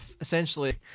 essentially